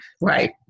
Right